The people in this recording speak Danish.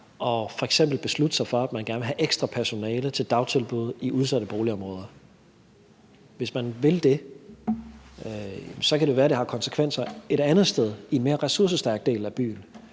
og f.eks. beslutte sig for, at man gerne vil have ekstra personale til dagtilbud i udsatte boligområder. Hvis man vil det, kan det jo være, at det har konsekvenser et andet sted, i en mere ressourcestærk del af byen,